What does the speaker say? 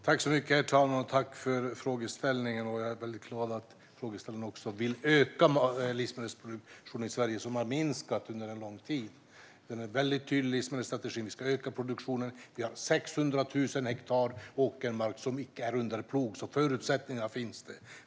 Herr talman! Tack för frågan! Jag är glad att frågeställaren vill öka livsmedelsproduktionen i Sverige. Den har minskat under lång tid. Livsmedelsstrategin är tydlig: Vi ska öka produktionen. Vi har 600 000 hektar åkermark som icke är under plog, så förutsättningar finns.